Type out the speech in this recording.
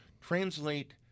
Translate